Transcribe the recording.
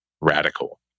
radical